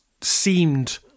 seemed